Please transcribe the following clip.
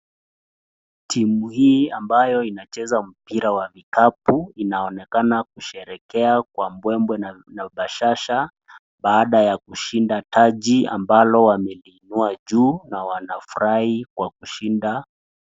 Timu hii ambayo inacheza mpira wa vikabu inaonekana kusherekea kwa mbwembwe na bashasha baada ya kushinda taji ambalo wameinua juu na wanafurahi kwa kushinda.